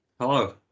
Hello